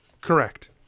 Correct